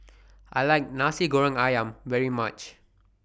I like Nasi Goreng Ayam very much